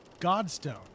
godstone